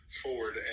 forward